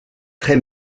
très